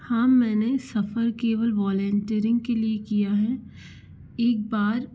हाँ मैंने सफ़र केवल वॉलेंटरिंग के लिए किया है एक बार